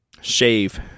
shave